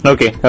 Okay